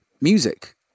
music